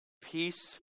peace